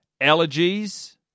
allergies